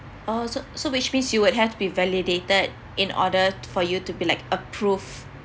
oh so so which means you would have to be validated in order for you to be like approved